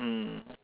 mm